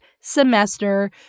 semester